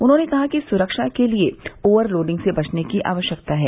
उन्होंने कहा कि सुरक्षा के तिये ओवर लोडिंग से बचने की आवश्यकता है